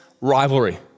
rivalry